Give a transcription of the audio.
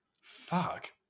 fuck